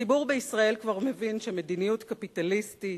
הציבור בישראל כבר מבין שמדיניות קפיטליסטית